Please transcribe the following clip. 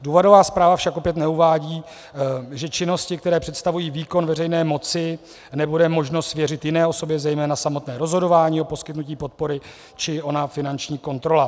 Důvodová zpráva však opět neuvádí, že činnosti, které představují výkon veřejné moci, nebude možno svěřit jiné osobě, zejména samotné rozhodování o poskytnutí podpory či ona finanční kontrola.